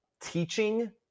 teaching